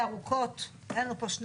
והחלופין של 3. אנחנו בחוק הבא,